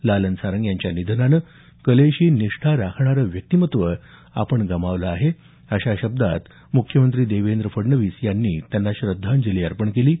लालन सारंग यांच्या निधनानं कलेशी निष्ठा राखणारं व्यक्तिमत्व आपण गमावलं आहे अशा शब्दात मुख्यमंत्री देवेंद्र फडणवीस यांनी त्यांना श्रद्धांजली अर्पण केली आहे